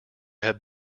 have